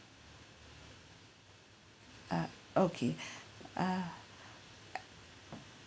uh okay uh